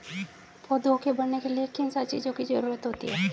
पौधों को बढ़ने के लिए किन सात चीजों की जरूरत होती है?